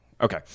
Okay